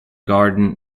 garden